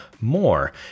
more